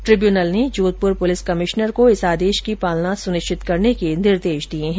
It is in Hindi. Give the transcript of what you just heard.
ट्रिब्यूनल ने जोधपुर पुलिस कमिश्नर को इस आदेश की पालना सुनिश्चित करने के निर्देश दिए हैं